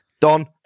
Don